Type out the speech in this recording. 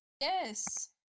Yes